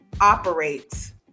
operates